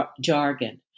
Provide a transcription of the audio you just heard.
jargon